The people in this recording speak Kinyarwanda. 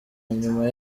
inyuma